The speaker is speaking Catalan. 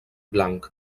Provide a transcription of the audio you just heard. blanc